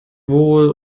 wohl